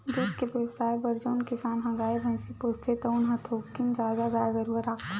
दूद के बेवसाय बर जउन किसान ह गाय, भइसी पोसथे तउन ह थोकिन जादा गाय गरूवा राखथे